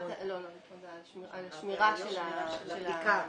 השמירה של הבדיקה.